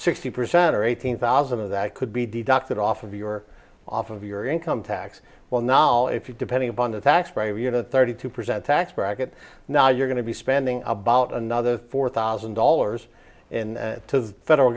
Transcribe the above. sixty percent or eighteen thousand of that could be deducted off of your off of your income tax well now if you're depending upon the taxpayer you know thirty two percent tax bracket now you're going to be spending about another four thousand dollars in the federal